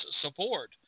support